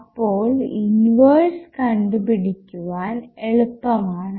അപ്പോൾ ഇൻവെർസ് കണ്ടുപിടിക്കുവാൻ എളുപ്പം ആണ്